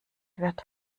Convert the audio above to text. wird